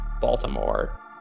Baltimore